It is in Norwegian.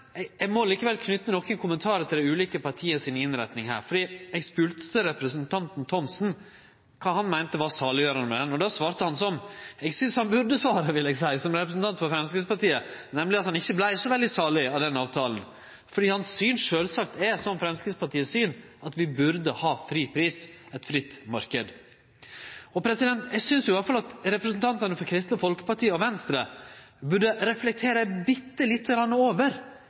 Eg må likevel knyte nokre kommentarar til dei ulike partia sine innretningar, for eg spurde representanten Thomsen om kva han meinte var saliggjerande. Då synest eg han som representant for Framstegspartiet burde ha svara at han ikkje vart så veldig salig av avtalen, for hans syn er sjølvsagt, som Framstegspartiet sitt syn, at vi burde ha fri pris – ein fri marknad. Eg synest at representantane frå Kristeleg Folkeparti og Venstre burde reflektere bitte litt over